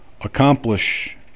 accomplish